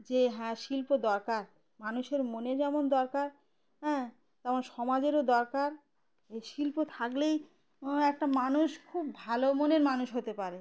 যে হ্যাঁ শিল্প দরকার মানুষের মনে যেমন দরকার হ্যাঁ তেমন সমাজেরও দরকার এই শিল্প থাকলেই একটা মানুষ খুব ভালো মনের মানুষ হতে পারে